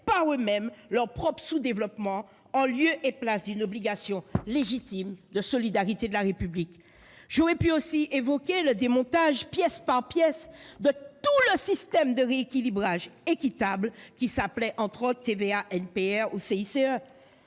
payer elles-mêmes leur propre sous-développement en lieu et place d'une obligation légitime de solidarité de la République ! J'aurais pu également évoquer le démontage, pièce par pièce, de tout le système de rééquilibrage équitable qui s'appelait TVA non